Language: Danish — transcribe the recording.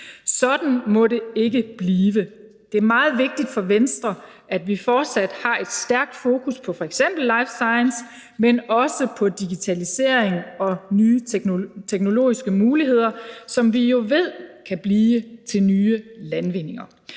Sådan må det ikke blive. Det er meget vigtigt for Venstre, at vi fortsat har et stærkt fokus på f.eks. life science, men også på digitalisering og nye teknologiske muligheder, som vi jo ved kan blive til nye landvindinger.